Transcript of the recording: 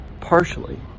partially